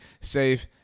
safe